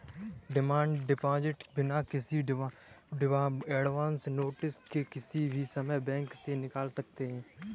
demand deposit बिना किसी advance notice के किसी भी समय बैंक से निकाल सकते है